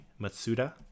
Matsuda